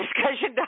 discussion